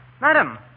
Madam